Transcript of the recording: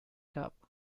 gab